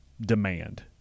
demand